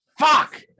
Fuck